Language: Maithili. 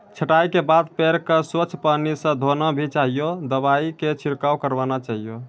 छंटाई के बाद पेड़ क स्वच्छ पानी स धोना भी चाहियो, दवाई के छिड़काव करवाना चाहियो